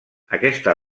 aquesta